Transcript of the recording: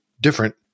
different